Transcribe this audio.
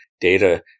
data